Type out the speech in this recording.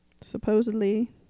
Supposedly